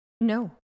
No